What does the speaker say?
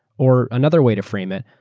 or another way to frame it,